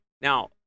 now